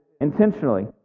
intentionally